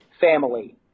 family